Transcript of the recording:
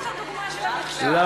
שוב הדוגמה של המחשוב,